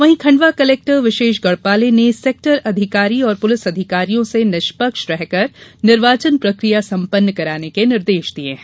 वहीं खंडवा कलेक्टर विशेष गढपाले ने सेक्टर अधिकारी और पुलिस अधिकारियों से निष्पक्ष रहकर निर्वाचन प्रकिया सम्पन्न कराने के निर्देश दिये हैं